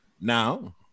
Now